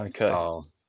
Okay